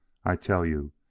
i tell you,